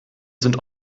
sind